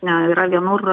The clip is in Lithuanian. ne yra vienur